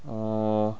uh